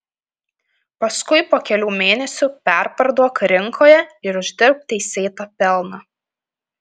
paskui po kelių mėnesių perparduok rinkoje ir uždirbk teisėtą pelną